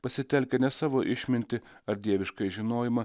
pasitelkia ne savo išmintį ar dievišką žinojimą